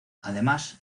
además